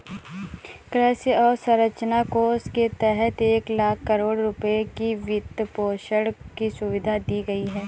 कृषि अवसंरचना कोष के तहत एक लाख करोड़ रुपए की वित्तपोषण की सुविधा दी गई है